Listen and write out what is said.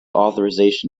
authorisation